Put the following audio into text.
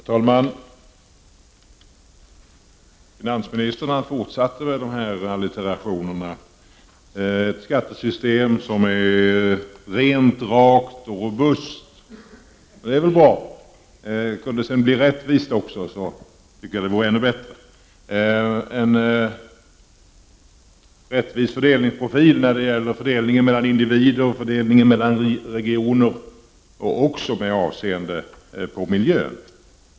Herr talman! Finansministern har återigen kommit med en allitteration: Ett skattesystem som är rent, rakt och robust. Det är är väl bra. Kunde det sedan bli rättvist också, tycker jag att det vore ännu bättre. Det bör vara en rättvis fördelningsprofil när det gäller fördelningen mellan individer och mellan regioner. Detta gäller även med avseende på miljön.